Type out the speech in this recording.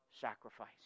sacrifice